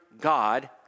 God